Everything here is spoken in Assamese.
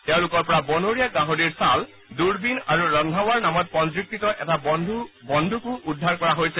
তেওঁলোকৰ পৰা বনৰীয়া গাহৰিৰ চাল দূৰবিন আৰু ৰন্ধাৱাৰ নামত পঞ্জীকৃত এটা বন্দুকো উদ্ধাৰ কৰা হৈছে